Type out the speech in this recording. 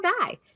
die